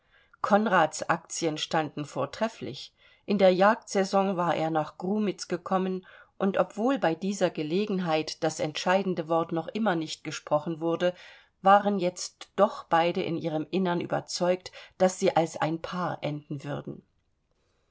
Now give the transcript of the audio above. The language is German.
konrads aktien standen vortrefflich in der jagdsaison war er nach grumitz gekommen und obwohl bei dieser gelegenheit das entscheidende wort noch immer nicht gesprochen wurde waren jetzt doch beide in ihrem innern überzeugt daß sie als ein paar enden würden